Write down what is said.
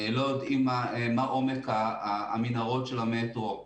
לא יודעים מה עומק המנהרות של המטרו,